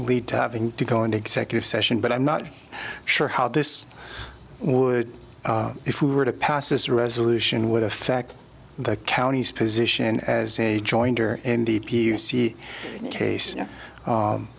lead to having to go into executive session but i'm not sure how this would if we were to pass this resolution would affect the county's position as a jointer and d p you see case